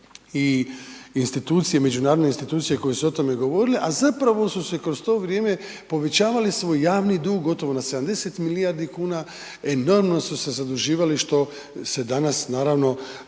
i Institucije, međunarodne Institucije koje su o tome govorile, a zapravo su se kroz to vrijeme povećavali smo javni dug, gotovo na 70 milijardi kuna, enormno smo se zaduživali što se danas naravno